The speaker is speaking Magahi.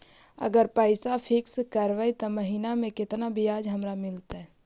अगर पैसा फिक्स करबै त महिना मे केतना ब्याज हमरा मिलतै?